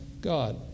God